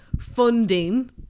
funding